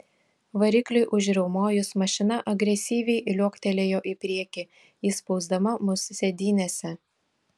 varikliui užriaumojus mašina agresyviai liuoktelėjo į priekį įspausdama mus sėdynėse